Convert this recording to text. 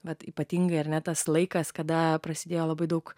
bet ypatingai ar ne tas laikas kada prasidėjo labai daug